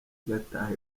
igataha